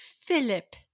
Philip